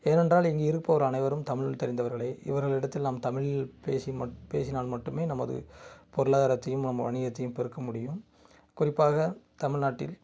ஏனென்றால் இங்கே இருப்பவர் அனைவரும் தமிழ் தெரிந்தவர்களே இவர்களிடத்தில் நாம் தமிழில் பேசி மட்டு பேசினால் மட்டுமே நமது பொருளாதாரத்தையும் நம் வணிகத்தையும் பெருக்கமுடியும் குறிப்பாக தமிழ்நாட்டில்